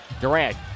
Durant